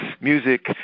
music